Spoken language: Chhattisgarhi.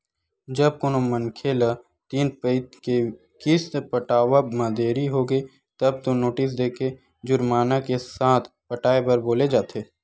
जब कोनो मनखे ल तीन पइत के किस्त पटावब म देरी होगे तब तो नोटिस देके जुरमाना के साथ पटाए बर बोले जाथे